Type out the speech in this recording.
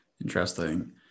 Interesting